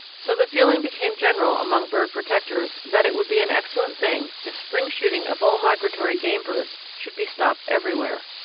so the feeling became general among bird protectors that it would be an excellent thing if spring shooting of all migratory game birds should be stopped everywhere.